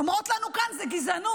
הן אומרות לנו כאן: זו גזענות.